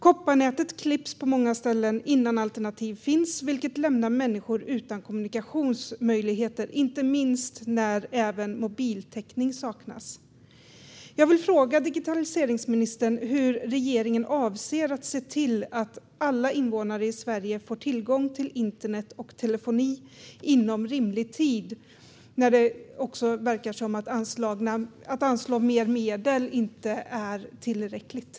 På många ställen klipps kopparnätet innan alternativ finns, vilket lämnar människor utan kommunikationsmöjligheter, inte minst när även mobiltäckning saknas. Jag vill fråga digitaliseringsministern hur regeringen avser att se till att alla invånare i Sverige får tillgång till internet och telefoni inom rimlig tid, när det verkar som att det inte är tillräckligt att anslå mer medel.